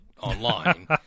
online